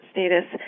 status